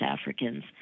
Africans